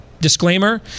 Disclaimer